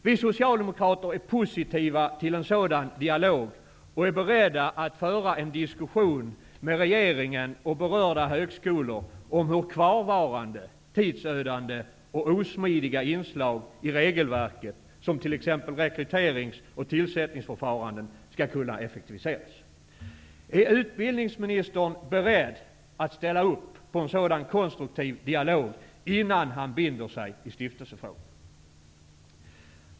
Vi socialdemokrater är positiva till en sådan dialog och är beredda att föra en diskussion med regeringen och berörda högskolor om hur kvarvarande tidsödande och osmidiga inslag i regelverket, som t.ex. rekryteringsoch tillsättningsförfaranden, skall kunna effektiviseras. Är utbildningsministern beredd att ställa upp på en sådan konstruktiv dialog, innan han binder sig i stiftelsefrågan?